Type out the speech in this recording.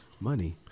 money